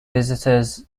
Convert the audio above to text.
visitors